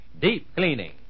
deep-cleaning